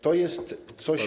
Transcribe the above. To jest coś.